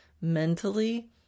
mentally